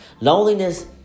Loneliness